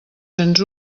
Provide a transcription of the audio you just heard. cents